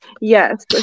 Yes